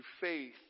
faith